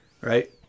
right